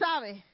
sabe